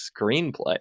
screenplay